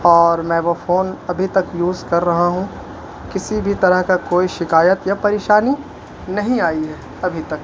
اور میں وہ فون ابھی تک یوز کر رہا ہوں کسی بھی طرح کا کوئی شکایت یا پریشانی نہیں آئی ہے ابھی تک